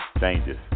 changes